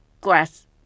glass